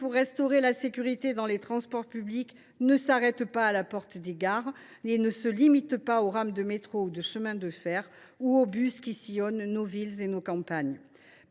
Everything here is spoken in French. pour restaurer la sécurité dans les transports publics ne s’arrête pas à la porte des gares et ne se limite pas aux rames de métro ou de chemins de fer, pas plus qu’aux bus qui sillonnent nos villes et nos campagnes.